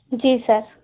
जी sir